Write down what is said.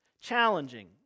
challenging